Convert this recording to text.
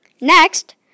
Next